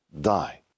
die